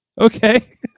Okay